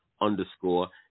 Underscore